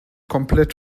komplett